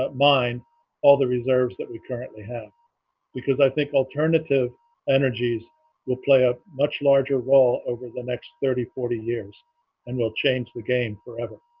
ah mine all the reserves that we currently have because i think alternative energies will play a much larger role over the next thirty forty years and will change the game forever